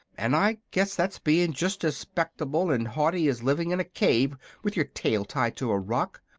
and i guess that's being just as spectable and haughty as living in a cave with your tail tied to a rock.